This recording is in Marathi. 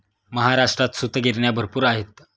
महाराष्ट्रात सूतगिरण्या भरपूर आहेत